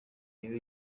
iba